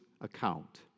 account